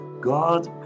God